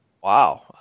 Wow